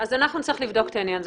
אז אנחנו נצטרך לבדוק את העניין הזה.